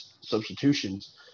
substitutions